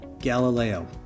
Galileo